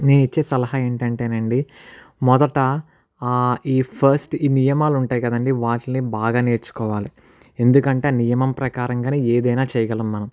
నేను ఇచ్చే సలహా అంటి అంటే అండి మొదట ఈ ఫస్ట్ ఈ నియమాలు ఉంటాయి కాదు అండి వాటిని బాగా నేర్చుకోవాలి ఎందుకంటే నియమం ప్రకారంగానే ఏదైన చేయగలం మనం